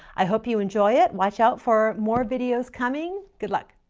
i hope you enjoy it. watch out for more videos coming. good luck.